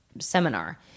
seminar